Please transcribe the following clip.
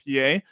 PA